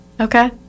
Okay